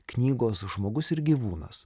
knygos žmogus ir gyvūnas